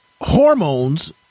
hormones